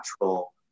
natural